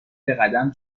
بقدم